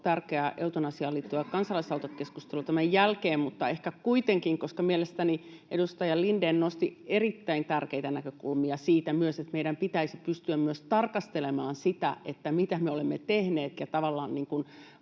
tärkeä eutanasiaan liittyvä kansalaisaloitekeskustelu tämän jälkeen. Mutta ehkä kuitenkin, koska mielestäni edustaja Lindén nosti erittäin tärkeitä näkökulmia myös siitä, että meidän pitäisi pystyä myös tarkastelemaan sitä, mitä me olemme tehneet, ja tavallaan